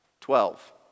Twelve